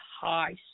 high